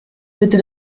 bitte